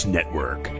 Network